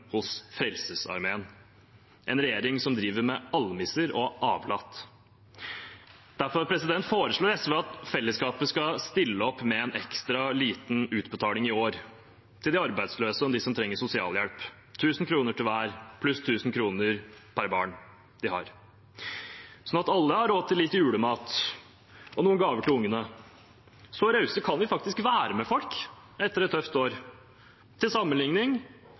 hos Frelsesarmeen – en regjering som driver med almisser og avlat. Derfor foreslår SV at fellesskapet skal stille opp med en ekstra liten utbetaling i år til de arbeidsløse og de som trenger sosialhjelp, 1 000 kr til hver pluss 1 000 kr per barn de har, sånn at alle har råd til litt julemat og noen gaver til ungene. Så rause kan vi faktisk være med folk etter et tøft år. Til